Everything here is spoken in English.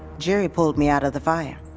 gerry pulled me out of the fire